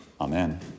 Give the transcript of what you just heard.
Amen